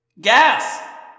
Gas